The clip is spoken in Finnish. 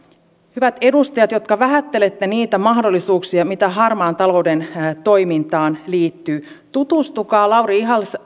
hyvät edustajat jotka vähättelette niitä mahdollisuuksia mitä harmaan talouden toimintaan liittyy tutustukaa lauri ihalaisen